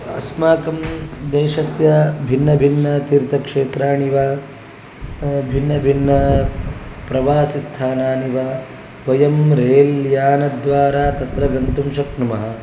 अस्माकं देशस्य भिन्नभिन्नतीर्थक्षेत्राणि वा भिन्नभिन्नप्रवासस्थानानि वा वयं रेल् यानद्वारा तत्र गन्तुं शक्नुमः